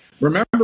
remember